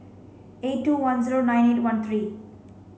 eight two one zero nine eight one three